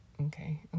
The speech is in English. Okay